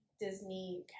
Disney